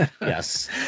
Yes